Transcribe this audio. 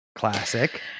Classic